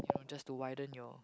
just to widen your